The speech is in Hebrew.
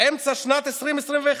אמצע שנת 2021,